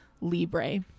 Libre